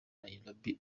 nairobi